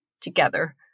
together